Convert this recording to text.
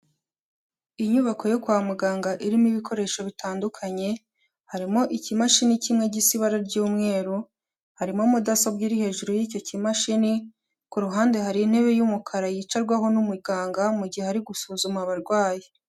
Inyubako yo kwa muganga irimo ibikoresho bitandukanye, harimo ikimashini kimwe gisa ibara ry'umweru, harimo mudasobwa iri hejuru y'icyo kimashini, ku ruhande hari intebe y'umukara yicarwaho n'umuganga mu gihe ari gusuzuma abarwayi.